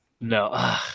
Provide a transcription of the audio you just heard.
No